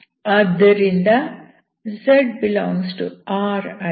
ಆದ್ದರಿಂದ z∈R ಆಗಿದೆ